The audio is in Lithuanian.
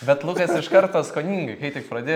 bet lukas iš karto skoningai kai tik pradėjo